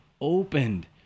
opened